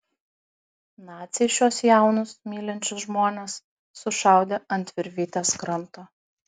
naciai šiuos jaunus mylinčius žmones sušaudė ant virvytės kranto